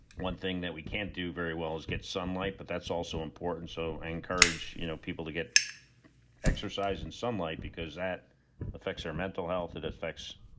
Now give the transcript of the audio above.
one thing that we can't do very well is get sunlight, but that's also important. so i encourage you know people to get exercise and sunlight because that affects our mental health. it affects.